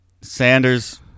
Sanders